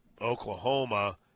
Oklahoma